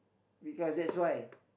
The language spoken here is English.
wake up that's why